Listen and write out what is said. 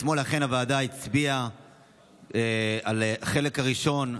אתמול אכן הוועדה הצביעה על החלק הראשון בהנגשה,